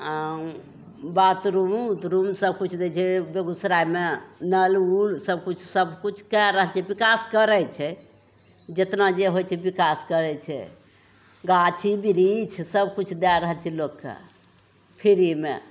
bathroom उथरूम सबकिछु दै छै बेगूसरायमे नल उल सबकिछु सबकिछु कै रहल छै विकास करै छै जतना जे होइ छै विकास करै छै गाछी बिरिछ सबकिछु दै रहल छै लोकके फ्री मे